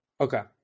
okay